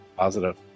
positive